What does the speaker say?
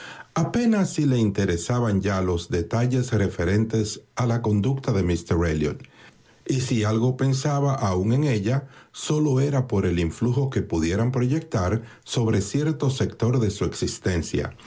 apenas si le interesaban ya los detalles referentes a la conducta de míster elliot y si algo pensaba aún en ella sólo era por el influjo que pudieran proyectar sobre cierto sector de su existencia